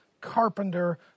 carpenter